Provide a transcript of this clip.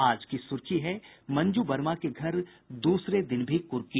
आज की सुर्खी है मंजू वर्मा के घर दूसरे दिन भी कुर्की